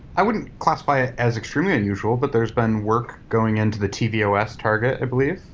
i wouldn't classify it as extremely unusual, but there's been work going in to the tvos target, i believe